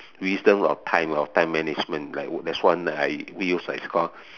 wisdom of time of time management like there's one I we use like it's called